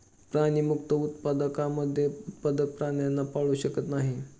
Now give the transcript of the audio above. प्राणीमुक्त उत्पादकांमध्ये उत्पादक प्राण्यांना पाळू शकत नाही